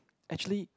actually